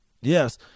Yes